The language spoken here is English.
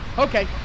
Okay